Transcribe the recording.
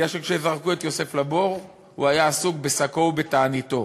כי כשזרקו את יוסף לבור הוא היה עסוק בשקו ובתעניתו.